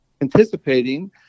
anticipating